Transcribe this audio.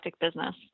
business